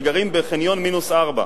וגרים בחניון מינוס ארבע.